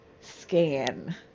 scan